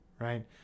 right